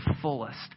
fullest